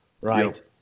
right